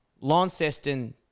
Launceston